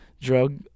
drug